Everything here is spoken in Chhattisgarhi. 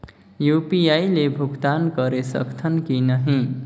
यू.पी.आई ले भुगतान करे सकथन कि नहीं?